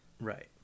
right